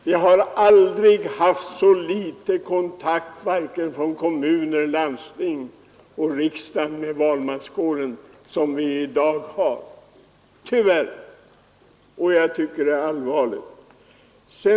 Vi har tyvärr aldrig haft så liten kontakt med valmanskåren, varken från kommuner, landsting eller riksdag, som vi i dag har, och jag tycker att det är allvarligt.